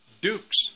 dukes